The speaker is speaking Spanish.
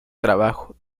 trabajo